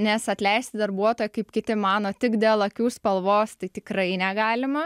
nes atleisti darbuotoją kaip kiti mano tik dėl akių spalvos tai tikrai negalima